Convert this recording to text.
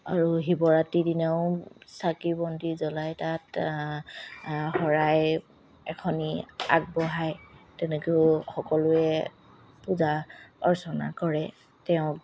আৰু শিৱৰাত্ৰি দিনাও চাকি বন্তি জ্বলাই তাত শৰাই এখনি আগবঢ়াই তেনেকেও সকলোৱে পূজা অৰ্চনা কৰে তেওঁক